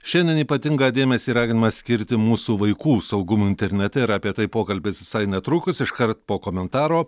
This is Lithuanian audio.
šiandien ypatingą dėmesį raginama skirti mūsų vaikų saugumui internete ir apie tai pokalbis visai netrukus iškart po komentaro